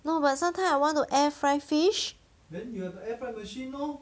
no but sometime I want to air fry fish